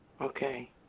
Okay